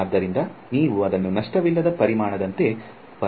ಆದ್ದರಿಂದ ನೀವು ಅದನ್ನು ನಷ್ಟವಿಲ್ಲದ ಪರಿಮಾಣದಂತೆ ಪರಿಣಾಮಕಾರಿಯಾಗಿ ಪರಿಗಣಿಸಬಹುದು